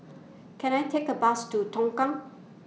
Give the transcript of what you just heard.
Can I Take A Bus to Tongkang